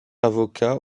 avocat